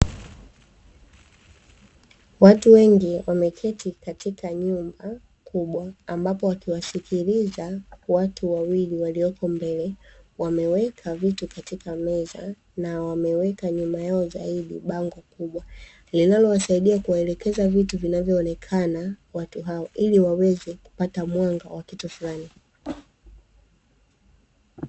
Watu wengi wameketi katika nyumba kubwa, ambapo wakiwasikiliza watu wawili waliopo mbele. Wameweka vitu katika meza na wameweka nyuma yao zaidi bango kubwa, linalowasaidia kuwaelekeza vitu vinavyoonekana watu hao, ili waweze kupata mwanga wa kitu fulani.